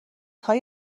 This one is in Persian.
های